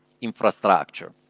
infrastructure